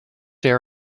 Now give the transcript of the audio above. been